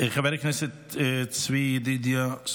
זה מה שיש לי להגיד לך,